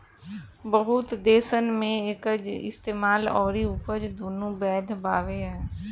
बहुत देसन मे एकर इस्तेमाल अउरी उपज दुनो बैध बावे